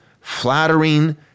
flattering